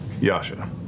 Yasha